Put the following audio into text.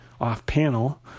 off-panel